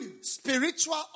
Spiritual